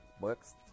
works